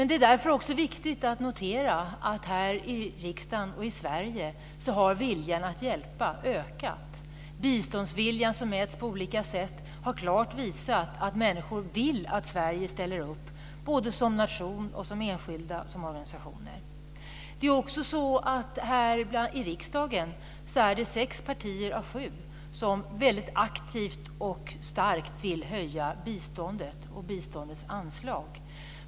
Det är därför också viktigt att notera att här i riksdagen och i Sverige har viljan att hjälpa ökat. Biståndsviljan mäts på olika sätt. Det har klart visats att människor vill att Sverige ställer upp som nation, både när det gäller enskilda och organisationer. Här i riksdagen är det sex partier av sju som aktivt och starkt vill höja biståndet och biståndets anslag.